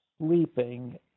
sleeping